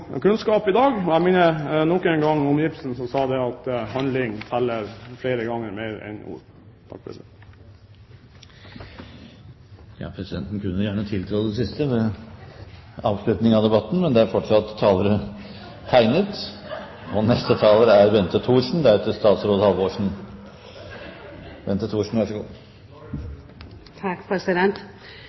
kunnskap i dag. Jeg minner nok en gang om Ibsen, som sa at handling teller flere ganger mer enn ord. Ja, presidenten kunne gjerne tiltre det siste ved avslutning av debatten, men det er fortsatt talere som har tegnet seg. Jeg må si at det er